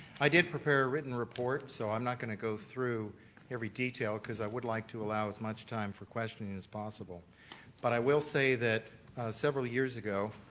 i did prepare a written report, so i'm not going to go through every detail because i would like to allow as much time for questions as possible but i will say that several years ago